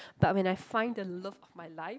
but when I find the love of my life